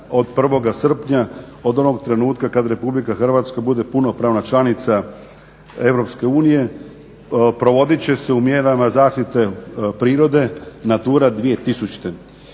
od 1. srpnja, od onog trenutka kad Republika Hrvatska bude punopravna članica Europske unije provodit će se u mjerama zaštite prirode Natura 2000.